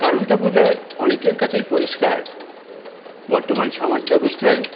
কারণটা বোধহয় অনেকের কাছেই পরিষ্কার বর্তমান সমাজ ব্যবস্থায়